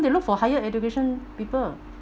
they look for higher education people